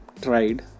Tried